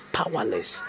powerless